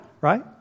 right